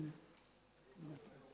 יש לך חמש